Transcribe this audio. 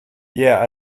yeah